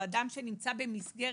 או אדם שנמצא במסגרת,